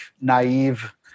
naive